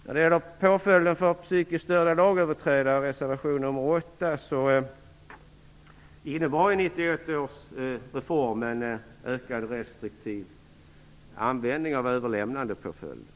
När det gäller påföljden för psykiskt störda lagöverträdare i reservation nr 8 innebar 1991 års reform en ökad restriktiv användning av överlämnandepåföljden.